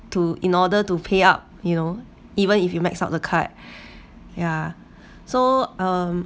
to in order to pay up you know even if you max up the card yeah so um